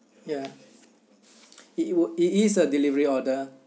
ya it wou~ it is a delivery order